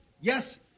Yes